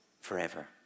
forever